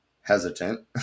hesitant